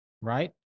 right